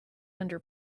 under